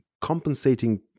compensating